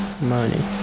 Money